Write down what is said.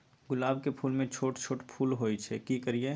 गुलाब के फूल में छोट छोट फूल होय छै की करियै?